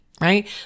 right